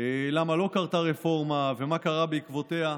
למה לא קרתה רפורמה, ומה קרה בעקבותיה.